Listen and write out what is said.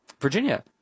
Virginia